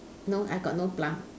no I got no plum